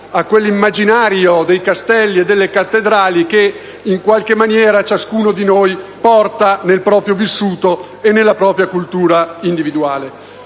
a quell'immaginario dei castelli e delle cattedrali che in qualche maniera ciascuno di noi porta nel proprio vissuto e nella propria cultura individuale.